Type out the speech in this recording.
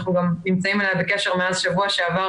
אנחנו גם נמצאים בקשר מאז שבוע שעבר